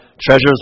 treasures